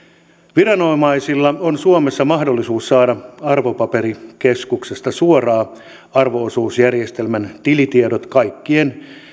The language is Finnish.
viranomaisilla on suomessa mahdollisuus saada arvopaperikeskuksesta suoraan arvo osuusjärjestelmän tilitiedot kaikkien